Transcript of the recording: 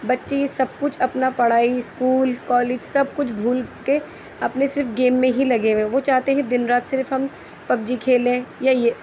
بچے یہ سب کچھ اپنا پڑھائی اسکول کالج سب کچھ بھول کے اپنے صرف گیم میں ہی لگے ہوئے ہیں وہ چاہتے ہیں دِن رات صرف ہم پب جی کھیلیں یا یہ